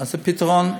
מה הפתרון?